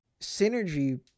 synergy